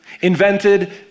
invented